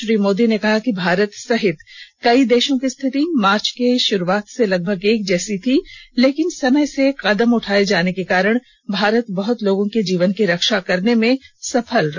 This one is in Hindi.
श्री मोदी ने कहा कि भारत सहित कई देशों की स्थिति मार्च के शुरूआत से लगभग एक जैसी थी लेकिन समय से कदम उठाये जाने के कारण भारत बहत लोगों के जीवन की रक्षा करने में सफल रहा है